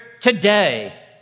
today